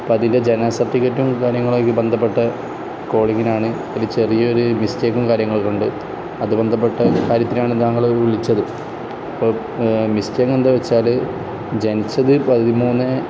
അപ്പം അതിൻ്റെ ജനന സർഫിക്കറ്റും കാര്യങ്ങളൊക്കെ ബന്ധപ്പെട്ട കോളിങ്ങിനാണ് ചെറിയ ഒരു മിസ്റ്റേക്കും കാര്യങ്ങളൊക്കെ ഉണ്ട് അത് ബന്ധപ്പെട്ട കാര്യത്തിനാണ് താങ്കളെ ഒന്ന് വിളിച്ചത് അപ്പം മിസ്റ്റേക്ക എന്താണെന്ന് വച്ചാൽ ജനിച്ചത് പതിമൂന്ന്